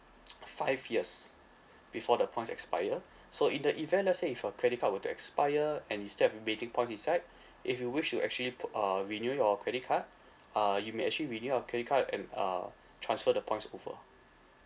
five years before the points expire so in the event let say if your credit card were to expire and you still have accumulating points inside if you wish to actually put uh renew your credit card uh you may actually renew your credit card and uh transfer the points over